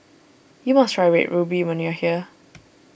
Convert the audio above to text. you must try Red Ruby when you are here